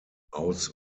aus